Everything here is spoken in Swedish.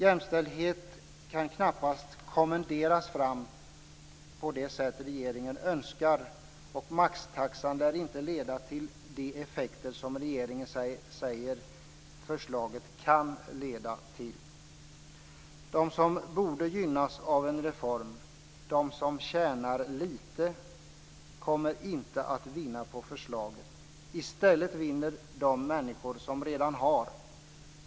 Jämställdhet kan knappast kommenderas fram på det sätt regeringen önskar, och maxtaxan lär inte leda till de effekter som regeringen säger att förslaget "kan" leda till. De som borde gynnas av en reform - de som tjänar lite - kommer inte att vinna på förslaget. I stället vinner de människor som redan har.